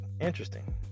Interesting